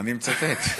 אני מצטט.